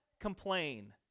complain